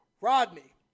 Rodney